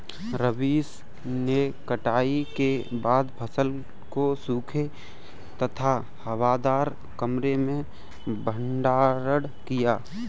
रवीश ने कटाई के बाद फसल को सूखे तथा हवादार कमरे में भंडारण किया